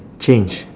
change